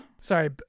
Sorry